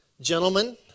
gentlemen